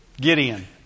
Gideon